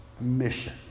mission